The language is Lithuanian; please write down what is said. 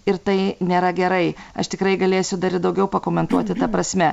ir tai nėra gerai aš tikrai galėsiu dar ir daugiau pakomentuoti ta prasme